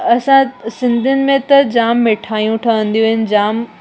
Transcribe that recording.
असां सिंधियुनि में त जामु मिठायूं ठहंदियूं आहिनि